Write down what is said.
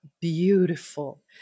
beautiful